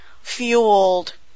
fueled